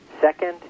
Second